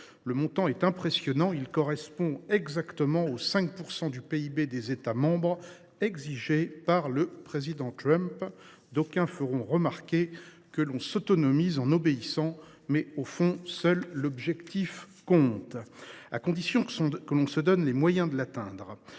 Le montant est impressionnant. Il correspond exactement aux 5 % du PIB des États membres exigés par le président Trump. D’aucuns feront sans doute remarquer que l’on s’autonomise en obéissant… Cependant, au fond, seul l’objectif compte, à condition toutefois que l’on se donne les moyens de l’atteindre.